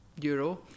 euro